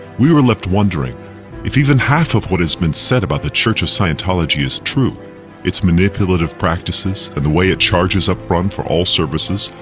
we were left wondering if even half of what has been said about the church of scientology is true its manipulative practices, and the way it charges up front for all services,